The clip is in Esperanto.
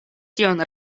tion